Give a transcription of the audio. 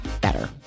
better